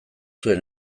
zuen